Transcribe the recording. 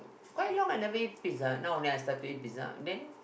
quite long I never eat pizza now then I start to eat pizza then